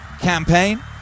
campaign